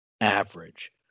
average